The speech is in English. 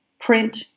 print